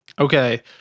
Okay